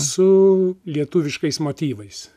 su lietuviškais motyvais